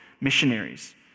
missionaries